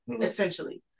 essentially